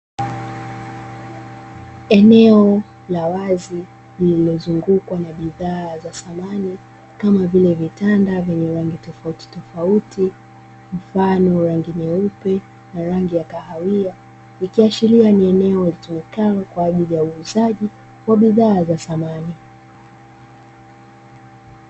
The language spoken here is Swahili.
Eneo la wazi lililozungukwa na bidhaa za samani kama vile vitanda vyenye rangi tofautitofauti, mfano rangi nyeupe na rangi ya kahawia; ikiashiria ni eneo litumikalo kwa ajili ya uuzaji wa bidhaa za samani.